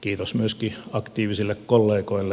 kiitos myöskin aktiivisille kollegoille